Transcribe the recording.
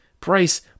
price